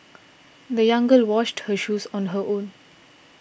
the young girl washed her shoes on her own